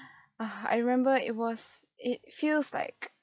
ah I remember it was it feels like